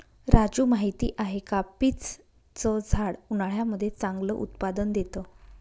राजू माहिती आहे का? पीच च झाड उन्हाळ्यामध्ये चांगलं उत्पादन देत